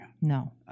No